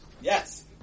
Yes